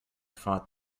fought